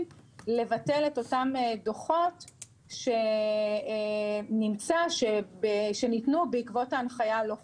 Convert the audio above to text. לבטל את אותם דוחות שניתנו בעקבות ההנחיה הלא חוקתית.